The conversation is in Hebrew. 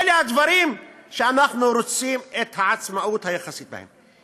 אלו דברים שאנחנו רוצים את העצמאות היחסית בהם.